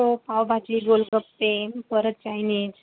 हो पावभाजी गोलगप्पे परत चायनिज